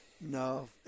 No